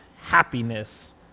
happiness